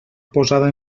posada